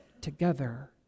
together